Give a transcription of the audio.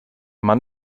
mann